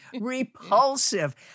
repulsive